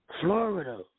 Florida